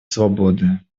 свободы